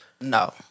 No